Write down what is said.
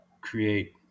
create